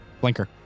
Blinker